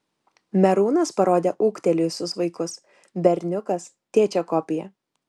merūnas parodė ūgtelėjusius vaikus berniukas tėčio kopija